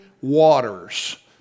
waters